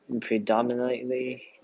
predominantly